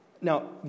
Now